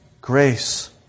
Grace